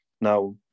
now